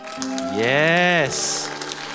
Yes